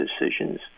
decisions